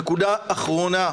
נקודה אחרונה,